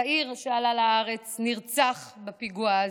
צעיר שעלה לארץ נרצח בפיגוע הזה.